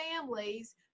families